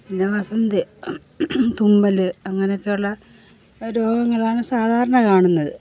പിന്നെ വസന്ത തുമ്മൽ അങ്ങനെയൊക്കെയുള്ള രോഗങ്ങളാണ് സാധാരണ കാണുന്നത്